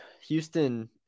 Houston